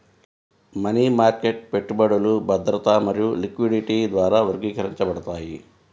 money market పెట్టుబడులు భద్రత మరియు లిక్విడిటీ ద్వారా వర్గీకరించబడతాయి